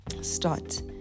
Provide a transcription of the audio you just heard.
start